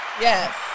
Yes